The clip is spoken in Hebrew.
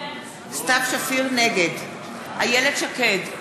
נגד איילת שקד,